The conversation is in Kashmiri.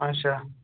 اَچھا